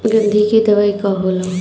गंधी के दवाई का होला?